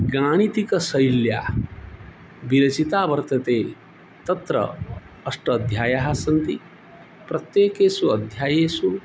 गणितकौसल्या विरचिता वर्तते तत्र अष्ट अध्यायास्सन्ति प्रत्येकेषु अध्यायेषु